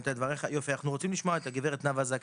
אנחנו רוצים לשמוע את הגברת נאוה זקן,